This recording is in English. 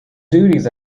duties